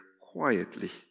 quietly